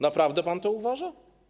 Naprawdę pan tak uważa?